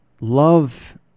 Love